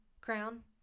crown